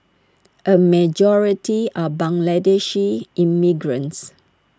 A majority are Bangladeshi immigrants